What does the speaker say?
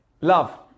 Love